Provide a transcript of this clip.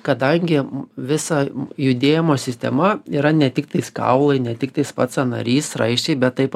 kadangi visa judėjimo sistema yra ne tiktais kaulai ne tiktais pats sąnarys raiščiai bet taip